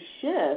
shift